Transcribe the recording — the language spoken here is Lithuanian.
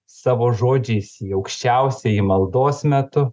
savo žodžiais į aukščiausiąjį maldos metu